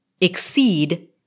exceed